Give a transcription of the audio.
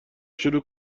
شروع